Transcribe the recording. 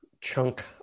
chunk